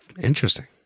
Interesting